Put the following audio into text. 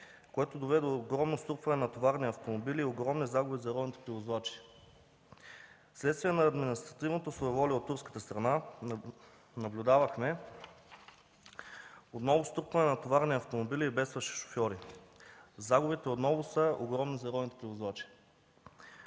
което доведе до огромно струпване на товарни автомобили и огромни загуби за родните превозвачи. Вследствие на административното своеволие от турската страна наблюдавахме отново струпване на товарни автомобили и бедстващи шофьори. Загубите отново ще бъдат огромни за родните превозвачи.